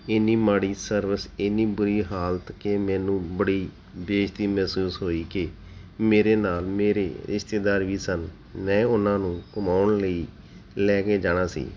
ਇੰਨੀ ਮਾੜੀ ਸਰਵਿਸ ਇੰਨੀ ਬੁਰੀ ਹਾਲਤ ਕਿ ਮੈਨੂੰ ਬੜੀ ਬੇਇਜ਼ਤੀ ਮਹਿਸੂਸ ਹੋਈ ਕਿ ਮੇਰੇ ਨਾਲ ਮੇਰੇ ਰਿਸ਼ਤੇਦਾਰ ਵੀ ਸਨ ਮੈਂ ਉਹਨਾਂ ਨੂੰ ਘੁੰਮਾਉਣ ਲਈ ਲੈ ਕੇ ਜਾਣਾ ਸੀ